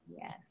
Yes